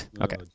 okay